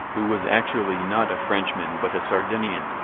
who was actually not a frenchman but a sardinian,